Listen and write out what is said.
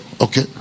okay